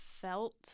felt